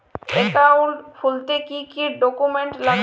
Account খুলতে কি কি ডকুমেন্ট লাগবে?